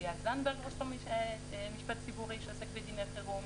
איל זנדברג שהוא ראש משפט ציבורי שעוסק בדיני חירום,